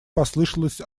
послышалось